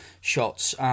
shots